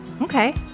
Okay